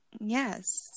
Yes